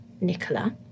Nicola